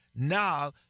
Now